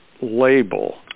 label